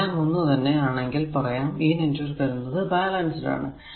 എല്ലാം ഒന്ന് തന്നെ ആണെങ്കിൽ പറയാം ഈ നെറ്റ്വർക്ക് എന്നത് ബാലൻസ് ആണ്